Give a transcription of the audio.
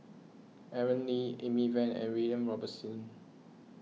Aaron Lee Amy Van and William Robinson